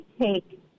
take